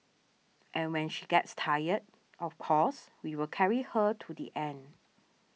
and when she gets tired of course we will carry her to the end